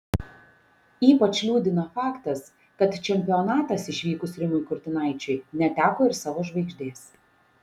ypač liūdina faktas kad čempionatas išvykus rimui kurtinaičiui neteko ir savo žvaigždės